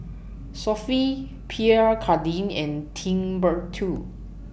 Sofy Pierre Cardin and Timbuk two